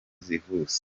zihuse